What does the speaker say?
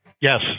Yes